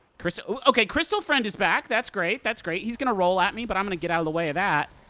crystal okay, crystal friend is back. that's great, that's great. he's gonna roll at me, but i'm gonna get out of the way of that.